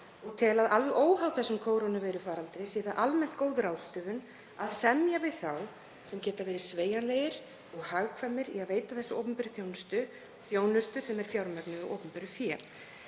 og tel að alveg óháð þessum kórónuveirufaraldri sé það almennt góð ráðstöfun að semja við þá sem geta verið sveigjanlegir og hagkvæmir í að veita þessa opinberu þjónustu, þjónustu sem er fjármögnuð af opinberu fé.“